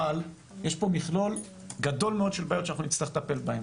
אבל יש פה מכלול גדול מאוד של בעיות שאנחנו נצטרך לטפל בהן,